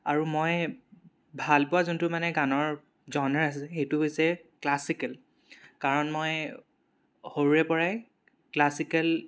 আৰু মই ভাল পোৱা যোনটো মানে গানৰ জনাৰ আছিল সেইটো হৈছে ক্লাছিকেল কাৰণ মই সৰুৰে পৰাই ক্লাছিকেল